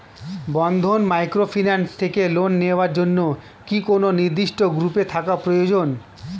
বন্ধন microfinance থেকে loan নেওয়ার জন্য কি কোন নির্দিষ্ট গ্রুপে থাকা প্রয়োজন?